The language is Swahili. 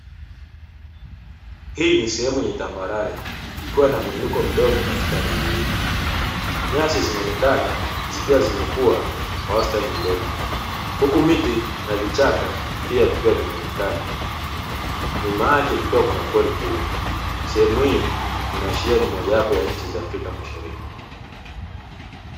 Hii ni sehemu yenye tambarare ikiwa na muinuko mdogo katika ardhi hii nyasi zinaonekana zikiwa zimekuwa kwa wastani mdogo, huku miti na vichaka pia vikiwa vinaonekana nyuma yake kukiwa na pori kubwa sehemu hii inaashiria ni moja wapo ya nchi za afrika mashariki.